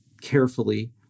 carefully